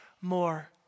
more